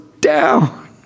down